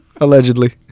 Allegedly